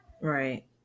Right